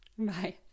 Bye